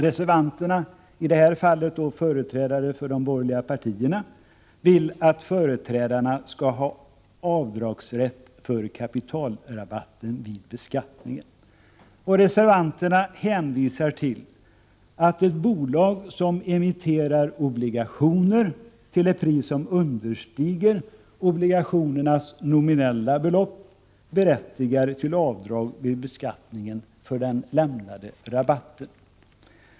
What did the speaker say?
Reservanterna, i detta fall företrädarna för de borgerliga partierna, vill att företagen skall ha rätt till avdrag för kapitalrabatten vid beskattningen. Reservanterna hänvisar till att bolag som emitterar obligationer till ett pris som understiger obligationernas nominella belopp har rätt till avdrag vid beskattningen för den lämnade rabatten.